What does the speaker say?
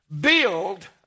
build